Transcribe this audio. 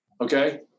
okay